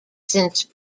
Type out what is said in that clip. since